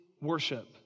worship